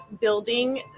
building